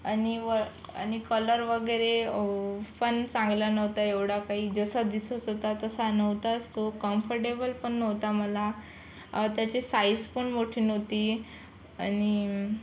आणि व आणि कलर वगैरे पण चांगला नव्हता एवढा काही जसं दिसत होता तसा नव्हताच तो कम्फर्टेबल पण नव्हता मला त्याची साइजपण मोठी नव्हती आणि